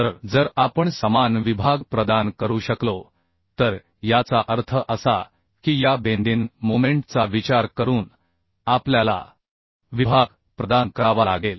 तर जर आपण समान विभाग प्रदान करू शकलो तर याचा अर्थ असा की या वाकण्याच्या मोमेंट चा विचार करून आपल्याला विभाग प्रदान करावा लागेल